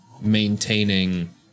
maintaining